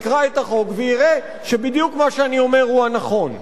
יקרא את החוק ויראה שבדיוק מה שאני אומר הוא הנכון.